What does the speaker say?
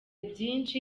byinshi